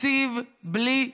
תקציב בלי אופוזיציה.